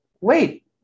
wait